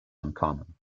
uncommon